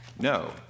No